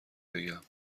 بگم